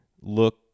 look